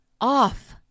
off